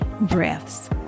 breaths